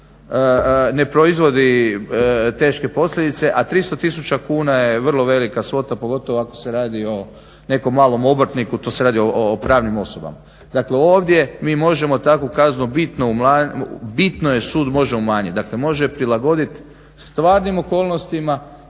ne proizvodi teške posljedice, a 300 tisuća kuna je vrlo velika svota pogotovo ako se radi o nekom malom obrtniku, to se radi o pravnim osobama. Dakle, ovdje mi možemo takvu kaznu bitno je sud može umanjiti. Dakle, može je prilagoditi stvarnim okolnostima